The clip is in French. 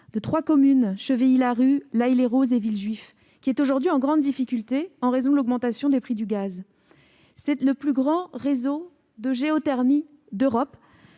des communes de Chevilly-Larue, L'Haÿ-les-Roses et Villejuif. Elle est aujourd'hui en grande difficulté en raison de l'augmentation des prix du gaz. Ce qui est le plus grand réseau de géothermie d'Europe